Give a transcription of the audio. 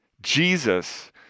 Jesus